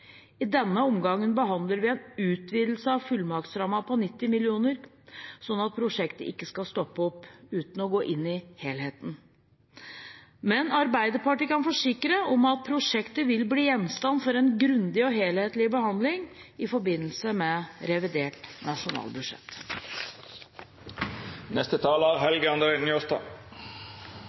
I denne omgang behandler vi en utvidelse av fullmaktsrammen på 90 mill. kr, slik at prosjektet ikke skal stoppe opp, uten å gå inn i helheten. Men Arbeiderpartiet kan forsikre om at prosjektet vil bli gjenstand for en grundig og helhetlig behandling i forbindelse med revidert nasjonalbudsjett.